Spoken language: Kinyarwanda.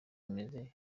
imeze